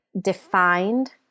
defined